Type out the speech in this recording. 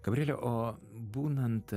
gabrieliau o būnant